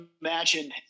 imagine